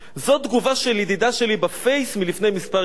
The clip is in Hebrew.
זו תגובה של ידידה שלי ב"פייס" מלפני מספר ימים,